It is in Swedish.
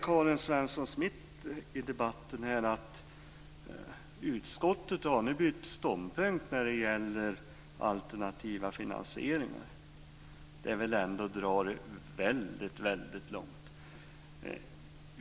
Karin Svensson Smith säger att utskottet har bytt ståndpunkt när det gäller alternativa finansieringar. Det är väl ändå att dra det väldigt långt.